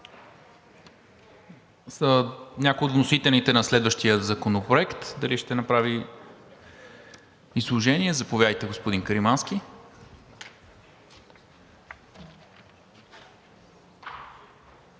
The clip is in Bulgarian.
Някой от вносителите на следващия законопроект дали ще направи изложение? Заповядайте, господин Каримански.